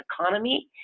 economy